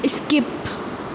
skip